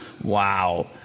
wow